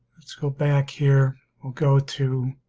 let's go back here we'll go to